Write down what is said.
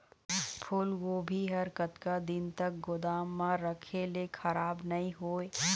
फूलगोभी हर कतका दिन तक गोदाम म रखे ले खराब नई होय?